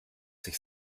sich